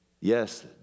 Yes